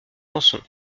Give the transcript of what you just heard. chanson